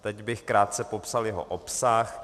Teď bych krátce popsal jeho obsah.